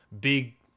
big